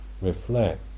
reflect